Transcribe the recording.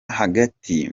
hagati